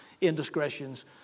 indiscretions